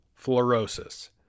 fluorosis